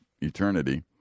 eternity